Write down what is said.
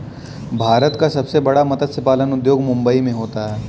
भारत का सबसे बड़ा मत्स्य पालन उद्योग मुंबई मैं होता है